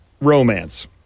Romance